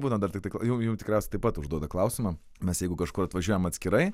būna dar tik tai jau jum tikriausiai taip pat užduoda klausimą mes jeigu kažkur atvažiuojam atskirai